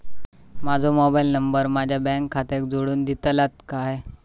माजो mobile number माझ्या bank खात्याक जोडून दितल्यात काय?